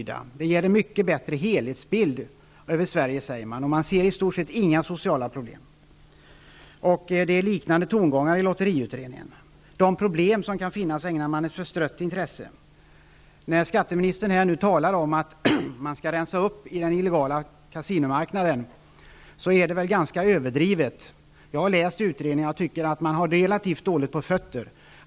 Man säger att det ger en mycket bättre helhetsbild över Sverige, och man ser i stort sett inga sociala problem. Liknande tongångar finns i lotteriutredningen. De problem som kan finnas ägnar man ett förstrött intresse. Skatteministern talar här om att man skall rensa upp på den illegala kasinomarknaden. Det är väl ganska överdrivet. Jag har läst utredningarna och tycker att man har relativt dåligt på fötter.